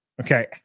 Okay